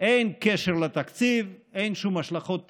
אין קשר לתקציב, אין שום השלכות תקציביות.